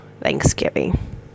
Thanksgiving